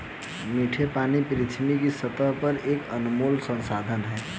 मीठे पानी पृथ्वी की सतह पर एक अनमोल संसाधन है